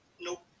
Nope